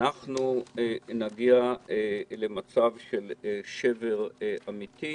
אנחנו נגיע למצב של שבר אמיתי,